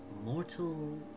mortal